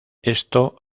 esto